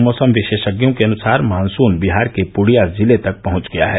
मौसम विषेशज्ञों के अनुसार मानसून बिहार के पूर्णिया जिले तक पहुंच गया है